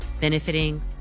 benefiting